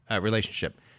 relationship